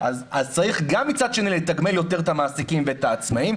אז צריך גם מצד שני לתגמל יותר את המעסיקים ואת העצמאים,